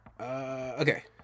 Okay